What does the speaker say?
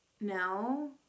no